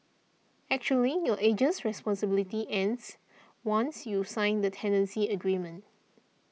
actually your agent's responsibilities ends once you sign the tenancy agreement